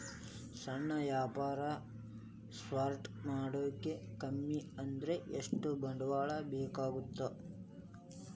ಸಣ್ಣ ವ್ಯಾಪಾರ ಸ್ಟಾರ್ಟ್ ಮಾಡಾಕ ಕಮ್ಮಿ ಅಂದ್ರು ಎಷ್ಟ ಬಂಡವಾಳ ಬೇಕಾಗತ್ತಾ